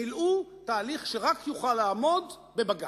מילאו תהליך שרק יוכל לעמוד בבג"ץ.